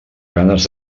ganes